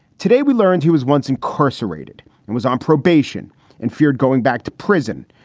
today, we learned he was once incarcerated and was on probation and feared going back to prison.